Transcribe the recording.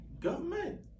government